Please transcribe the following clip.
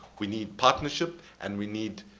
we need partnership, and we need